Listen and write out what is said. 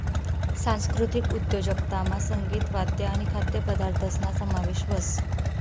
सांस्कृतिक उद्योजकतामा संगीत, वाद्य आणि खाद्यपदार्थसना समावेश व्हस